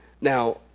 Now